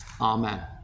Amen